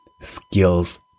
skills